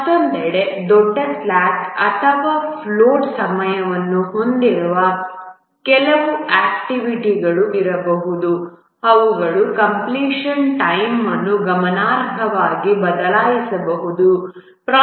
ಮತ್ತೊಂದೆಡೆ ದೊಡ್ಡ ಸ್ಲಾಕ್ ಅಥವಾ ಫ್ಲೋಟ್ ಸಮಯವನ್ನು ಹೊಂದಿರುವ ಕೆಲವು ಆಕ್ಟಿವಿಟಿಗಳು ಇರಬಹುದು ಅವುಗಳು ಕಂಪ್ಲೀಷನ್ ಟೈಮ್ ಅನ್ನು ಗಮನಾರ್ಹವಾಗಿ ಬದಲಾಯಿಸಬಹುದು